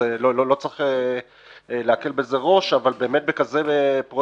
לא צריך להקל בזה ראש אבל באמת בכזה פרויקט